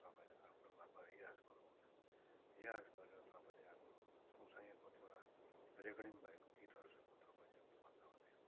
तपाईँले आफ्नो घरमा रिहाज गर्नुहोस् रिहाज गरेर तपाईँले अब सँगसँगै कतिवटा रेकर्डिङ भएको गीतहरूसँग तपाईँले अन्त उहाँसँग चाहिँ